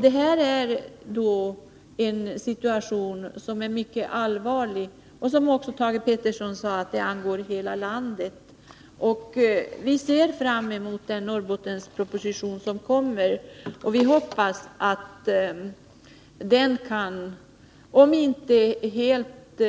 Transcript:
Detta är en situation som är mycket allvarlig och som, vilket Thage Peterson sade, angår hela landet. Vi ser fram mot den Norrbottensproposition som kommer. Vi hyser förhoppningen att den skall kunna om inte helt